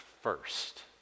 first